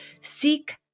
seek